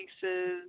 pieces